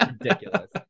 ridiculous